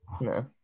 No